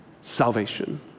salvation